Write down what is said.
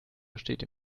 besteht